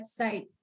website